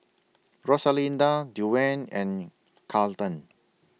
Rosalinda Duane and Carleton